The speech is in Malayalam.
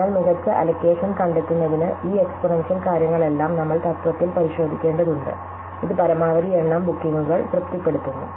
അതിനാൽ മികച്ച അലോക്കേഷൻ കണ്ടെത്തുന്നതിന് ഈ എക്സ്പോണൻഷ്യൽ കാര്യങ്ങളെല്ലാം നമ്മൾ തത്വത്തിൽ പരിശോധിക്കേണ്ടതുണ്ട് ഇത് പരമാവധി എണ്ണം ബുക്കിംഗുകൾ തൃപ്തിപ്പെടുത്തുന്നു